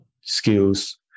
skills